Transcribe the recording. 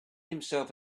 himself